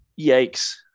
Yikes